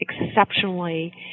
exceptionally